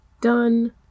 Done